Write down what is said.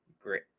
great